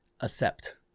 accept